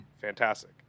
fantastic